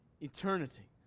eternity